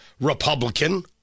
Republican